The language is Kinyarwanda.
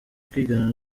kwigana